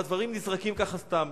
והדברים נזרקים ככה סתם.